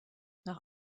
nach